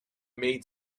made